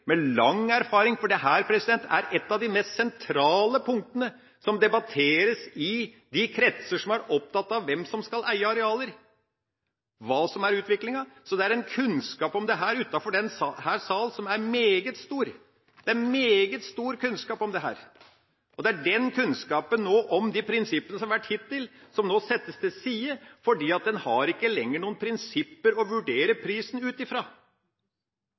er et av de mest sentralene punktene som debatteres i de kretser som er opptatt av hvem som skal eie arealer, og hva som er utviklinga. Så det er en kunnskap utenfor denne salen som er meget stor. Det er meget stor kunnskap om dette. Det er den kunnskapen om de prinsippene som har vært hittil, som nå settes til side, fordi en ikke lenger har noen prinsipper å vurdere prisen ut